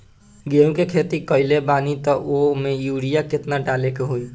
गेहूं के खेती कइले बानी त वो में युरिया केतना डाले के होई?